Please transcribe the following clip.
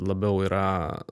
labiau yra